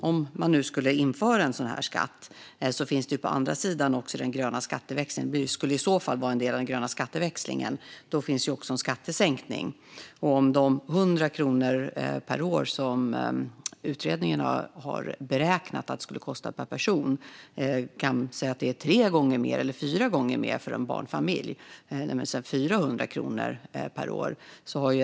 Om man skulle införa en sådan här skatt finns på andra sidan också den gröna skatteväxlingen, som skatten i så fall skulle vara en del av. Då finns också en skattesänkning. Utredningen har beräknat att det skulle kosta 100 kronor per person och år - vi kan säga att det är tre eller fyra gånger mer för en barnfamilj, det vill säga 400 kronor per år.